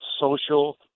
social